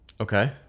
Okay